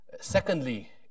secondly